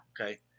Okay